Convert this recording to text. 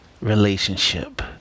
relationship